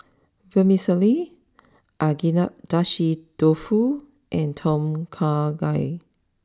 Vermicelli Agedashi Dofu and Tom Kha Gai